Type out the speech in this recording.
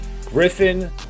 Griffin